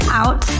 out